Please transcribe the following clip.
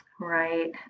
Right